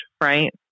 right